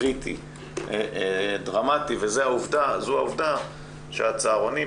קריטי ודרמטי וזו העובדה שהצהרונים,